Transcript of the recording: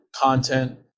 content